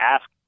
ask